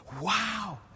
Wow